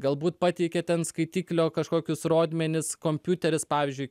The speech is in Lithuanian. galbūt pateikė ten skaitiklio kažkokius rodmenis kompiuteris pavyzdžiui